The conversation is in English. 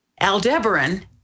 Aldebaran